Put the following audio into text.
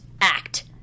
act